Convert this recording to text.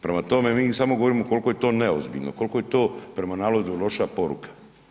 Prema tome, mi samo govorimo koliko je to neozbiljno, koliko je to prema narodu loša poruka.